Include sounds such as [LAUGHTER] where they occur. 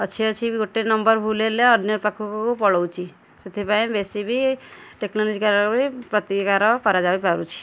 ଅଛି ଅଛି ବି ଗୋଟେ ନମ୍ବର୍ ଭୁଲ୍ ହେଲେ ଅନ୍ୟ ପାଖକୁ ପଳାଉଛି ସେଥିପାଇଁ ବେଶୀ ବି ଟେକ୍ନୋଲୋଜି [UNINTELLIGIBLE] ବି ପ୍ରତିକାର କରାଯାଇପାରୁଛି